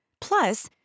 Plus